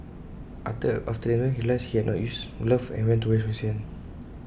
after the examination he realised he had not used gloves and went to wash his hands